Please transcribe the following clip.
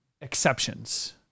exceptions